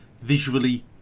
visually